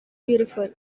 beautiful